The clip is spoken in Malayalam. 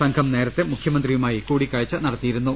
സംഘം നേരത്തെ മുഖ്യമന്ത്രിയുമായി കൂടിക്കാഴ്ച നടത്തിയിരുന്നു